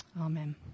Amen